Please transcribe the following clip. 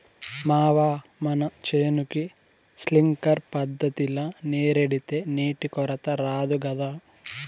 మావా మన చేనుకి సింక్లర్ పద్ధతిల నీరెడితే నీటి కొరత రాదు గదా